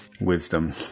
wisdom